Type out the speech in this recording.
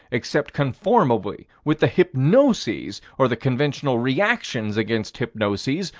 except conformably with the hypnoses, or the conventional reactions against hypnoses,